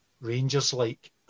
Rangers-like